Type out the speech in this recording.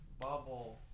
bubble